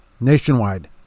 nationwide